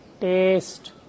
taste